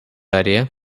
idea